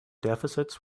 deficits